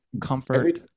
comfort